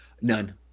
None